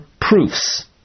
proofs